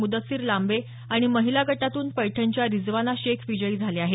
मुदस्सीर लांबे आणि महिला गटातून पैठणच्या रिजवाना शेख विजयी झाल्या आहेत